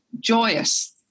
joyous